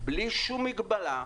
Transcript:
ובלי שום מגבלה.